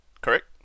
Correct